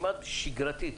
כמעט שגרתית.